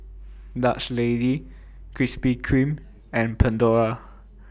Dutch Lady Krispy Kreme and Pandora